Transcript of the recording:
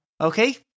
okay